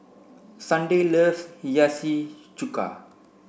Sunday loves Hiyashi Chuka